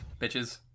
bitches